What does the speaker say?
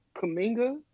Kaminga